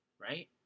right